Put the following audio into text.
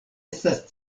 estas